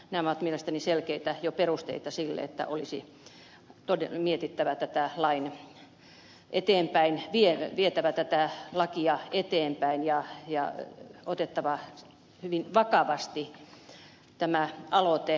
nämä ovat mielestäni jo selkeitä perusteita sille että olisi vietävä tätä lakia eteenpäin ja otettava hyvin vakavasti tämä aloite